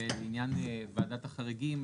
ולעניין ועדת החריגים,